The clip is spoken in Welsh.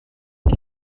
chi